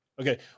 Okay